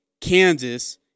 Kansas –